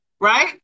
Right